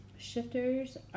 Shifters